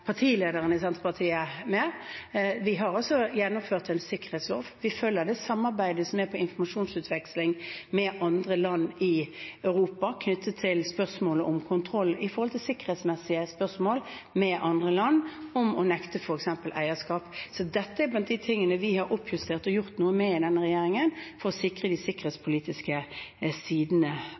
samarbeidet som er om informasjonsutveksling med andre land i Europa knyttet til spørsmålet om kontroll og sikkerhetsmessige spørsmål med andre land om å nekte f.eks. eierskap. Dette er blant de tingene vi har oppjustert og gjort noe med i denne regjeringen for å sikre de sikkerhetspolitiske sidene